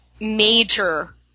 major